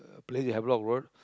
place in Havelock Road